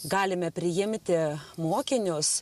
galime priimti mokinius